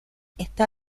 está